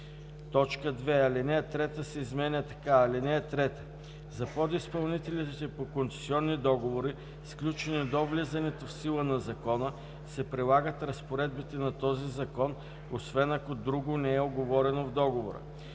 него.“ 2. Алинея 3 се изменя така: „(3) За подизпълнителите по концесионни договори, сключени до влизането в сила на закона, се прилагат разпоредбите на този закон, освен ако друго не е уговорено в договора.“